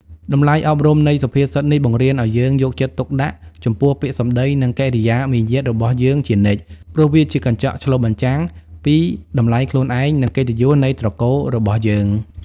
តម្លៃអប់រំនៃសុភាសិតនេះបង្រៀនឱ្យយើងយកចិត្តទុកដាក់ចំពោះពាក្យសម្ដី និងកិរិយាមារយាទរបស់យើងជានិច្ច ព្រោះវាជាកញ្ចក់ឆ្លុះបញ្ចាំងពីតម្លៃខ្លួនឯង និងកិត្តិយសនៃត្រកូលរបស់យើង។